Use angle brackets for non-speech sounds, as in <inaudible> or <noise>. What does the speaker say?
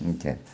<unintelligible>